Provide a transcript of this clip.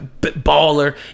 baller